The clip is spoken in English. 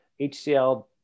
HCL